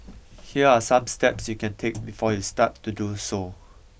here are some steps you can take before you start to do so